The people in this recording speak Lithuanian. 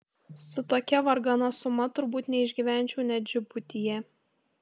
su tokia vargana suma turbūt neišgyvenčiau net džibutyje